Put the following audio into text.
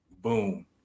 Boom